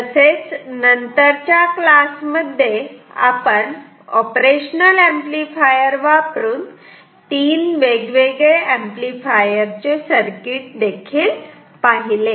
तसेच नंतरच्या क्लासमध्ये आपण ऑपरेशनल ऍम्प्लिफायर वापरून तीन वेगवेगळे ऍम्प्लिफायर सर्किट पाहिलेत